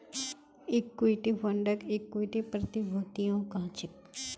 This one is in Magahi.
इक्विटी फंडक इक्विटी प्रतिभूतियो कह छेक